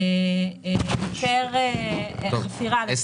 למשל היתר חפירה.